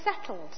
settled